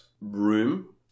room